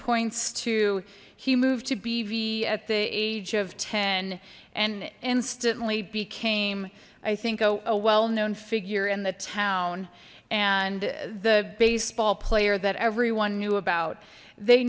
points to he moved to bv at the age of ten and instantly became i think a well known figure in the town and the baseball player that everyone knew about they